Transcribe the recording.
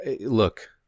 Look